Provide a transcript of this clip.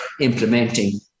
implementing